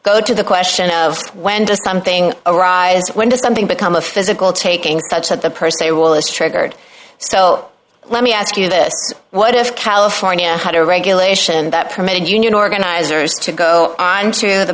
go to the question of when does something arise when does something become a physical taking such that the person a will is triggered so let me ask you this what if california had a regulation that from a union organizers to go onto the